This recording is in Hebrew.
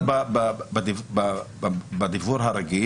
לשלוח בדיוור הרגיל.